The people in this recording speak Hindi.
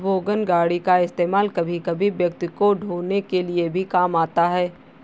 वोगन गाड़ी का इस्तेमाल कभी कभी व्यक्ति को ढ़ोने के लिए भी काम आता है